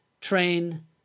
train